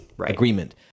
agreement